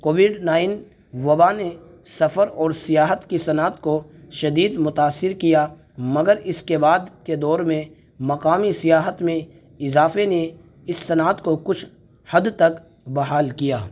Covid nine وبا نے سفر اور سیاحت کی صنعت کو شدید متاثر کیا مگر اس کے بعد کے دور میں مقامی سیاحت میں اضافے نے اس صنعت کو کچھ حد تک بحال کیا